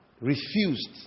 refused